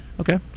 Okay